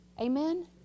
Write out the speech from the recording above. Amen